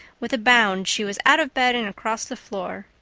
with a bound she was out of bed and across the floor.